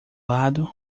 lado